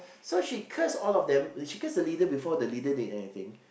so she curse all of them she curse the leader before the leader did anything